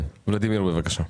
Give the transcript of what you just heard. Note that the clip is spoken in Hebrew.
ולדימיר, בבקשה.